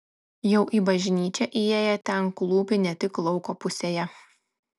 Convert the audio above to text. jau į bažnyčią įėję ten klūpi ne tik lauko pusėje